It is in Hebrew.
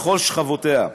בכל שכבותיה.